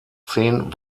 zehn